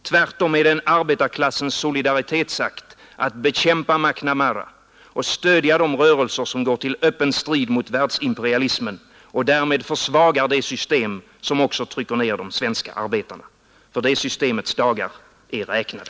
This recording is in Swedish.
Tvärtom är det en arbetarklassens solidaritetsakt att bekämpa McNamara och stödja de rörelser som går till öppen strid mot världsimperialismen och därmed försvagar det system som också trycker ner de svenska arbetarna. Det systemets dagar är räknade.